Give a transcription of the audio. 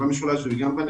במשולש ובנגב,